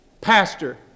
pastor